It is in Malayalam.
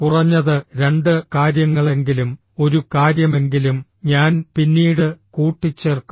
കുറഞ്ഞത് രണ്ട് കാര്യങ്ങളെങ്കിലും ഒരു കാര്യമെങ്കിലും ഞാൻ പിന്നീട് കൂട്ടിച്ചേർക്കും